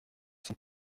sont